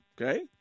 okay